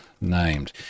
named